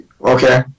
Okay